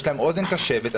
יש להם אוזן קשבת,